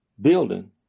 building